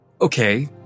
Okay